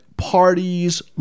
parties